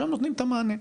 שהם נותנים את המענה.